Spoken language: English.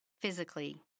physically